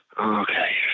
Okay